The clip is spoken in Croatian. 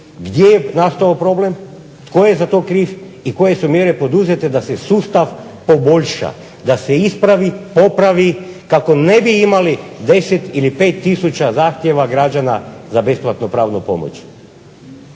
gdje je nastao problem, tko je za to kriv i koje su mjere poduzete da se sustav poboljša, da se ispravi, popravi kako ne bi imali 10 ili 5 tisuća zahtjeva građana za besplatnu pravnu pomoć.